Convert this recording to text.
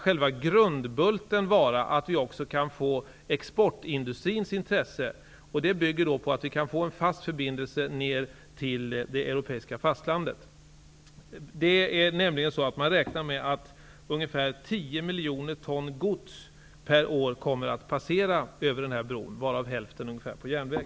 Själva grundbulten skall vara att vi också kan få exportindustrins intresse, och en förutsättning för det är att vi får till stånd en fast förbindelse ner till det europeiska fastlandet. Man räknar nämligen med att ca 10 miljoner ton gods per år kommer att passera över bron, varav ungefär hälften på järnväg.